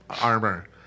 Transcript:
armor